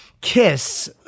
Kiss